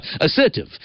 assertive